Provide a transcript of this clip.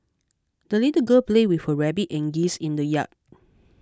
the little girl played with her rabbit and geese in the yard